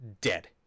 dead